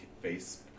face